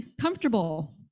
comfortable